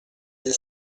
dix